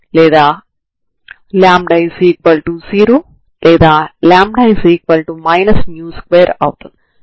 ఇక్కడ x విలువలు పూర్తి వాస్తవ రేఖను మరియు t 0 అవుతుంది సరేనా